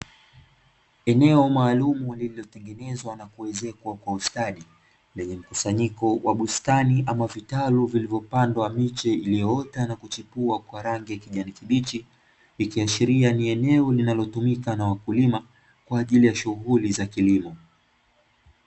Eneo maalumu litatengenezwa na kuwezeshwa kwa ustadi, lenye mkusanyiko wa bustani, ama vitalu vilivyopandwa miche iliyoota na kuchukua ufaransa kijana kibichi, ikiashiria ni eneo linalotumika na wakulima kwa ajili ya shughuli za kilimo.